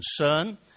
concern